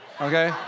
okay